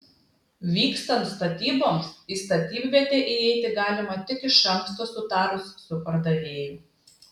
vykstant statyboms į statybvietę įeiti galima tik iš anksto sutarus su pardavėju